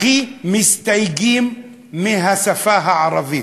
הכי מסתייגים מהשפה הערבית,